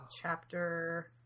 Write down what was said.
chapter